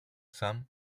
sam